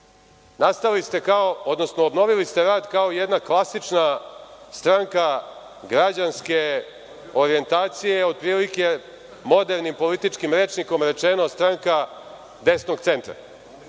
1989. godine. Obnovili ste rad kao jedna klasična stranka građanske orijentacije, otprilike, modernim političkim rečnikom rečeno, stranka desnog centra,